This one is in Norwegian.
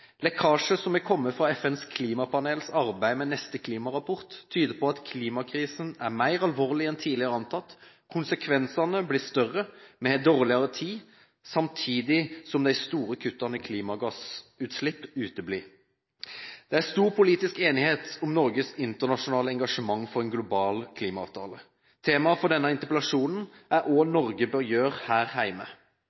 som har kommet fra FNs klimapanels arbeid med neste klimarapport, tyder på at klimakrisen er mer alvorlig enn tidligere antatt: Konsekvensene blir større, vi har dårligere tid, samtidig som de store kuttene i klimagassutslipp uteblir. Det er stor politisk enighet om Norges internasjonale engasjement for en global klimaavtale. Temaet for denne interpellasjonen er